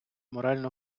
морально